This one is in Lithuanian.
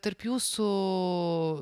tarp jūsų